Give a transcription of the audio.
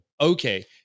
okay